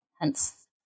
hence